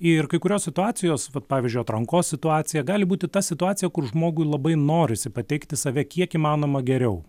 ir kai kurios situacijos vat pavyzdžiui atrankos situacija gali būti ta situacija kur žmogui labai norisi pateikti save kiek įmanoma geriau